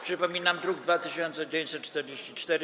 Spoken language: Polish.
Przypominam: druk nr 2944.